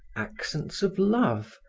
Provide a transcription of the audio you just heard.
accents of love,